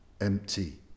empty